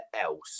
else